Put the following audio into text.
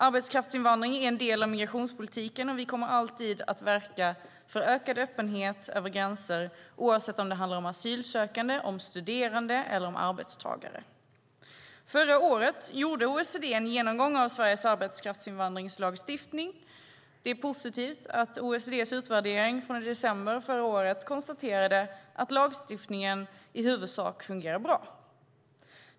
Arbetskraftsinvandringen är en del av migrationspolitiken, och vi kommer alltid att verka för en ökad öppenhet över gränser oavsett om det handlar om asylsökande, studerande eller arbetstagare. Förra året gjorde OECD en genomgång av Sveriges arbetskraftsinvandringslagstiftning. Det är positivt att OECD:s utvärdering från december förra året konstaterade att lagstiftningen i huvudsak fungerar bra.